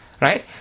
right